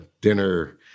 dinner